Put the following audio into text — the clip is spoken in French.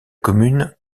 commune